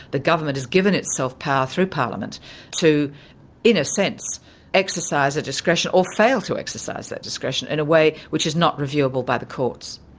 the government has given itself power through parliament to in a sense exercise a discretion or fail to exercise that discretion, in a way which is not reviewable by the courts.